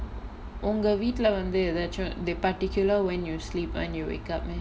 ஒங்க வீட்ல வந்து எதாச்சும்:onga veetla vanthu ethachum they particular when you sleep early wake up me